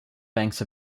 banks